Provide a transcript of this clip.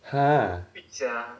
!huh!